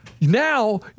now